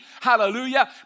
Hallelujah